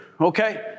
okay